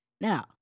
Now